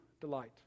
delight